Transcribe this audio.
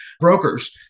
brokers